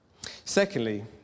Secondly